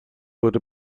wurde